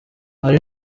hari